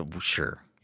sure